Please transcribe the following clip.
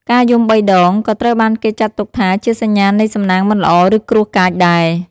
ការយំបីដង ក៏ត្រូវបានគេចាត់ទុកថាជាសញ្ញានៃសំណាងមិនល្អ ឬគ្រោះកាចដែរ។